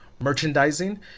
merchandising